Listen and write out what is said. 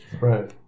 right